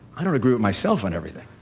i don't agree with myself on everything.